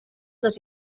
les